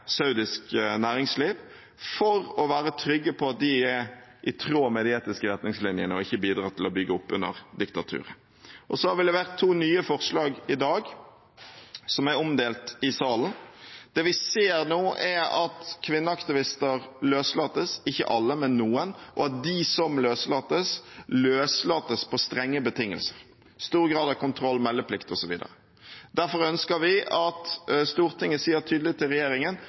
saudisk næringsliv for å være trygg på at de er i tråd med de etiske retningslinjene og ikke bidrar til å bygge opp under diktaturet. Så har vi levert to nye forslag i dag, som er omdelt i salen. Det vi ser nå, er at kvinneaktivister løslates – ikke alle, men noen – og at de som løslates, løslates på strenge betingelser: stor grad av kontroll, meldeplikt osv. Derfor ønsker vi at Stortinget sier tydelig til regjeringen